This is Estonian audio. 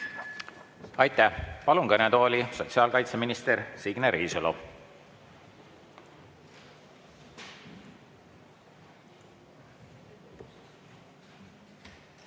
Aitäh! Palun kõnetooli sotsiaalkaitseminister Signe Riisalo.